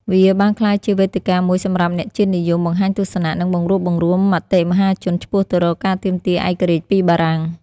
វាបានក្លាយជាវេទិកាមួយសម្រាប់អ្នកជាតិនិយមបង្ហាញទស្សនៈ និងបង្រួបបង្រួមមតិមហាជនឆ្ពោះទៅរកការទាមទារឯករាជ្យពីបារាំង។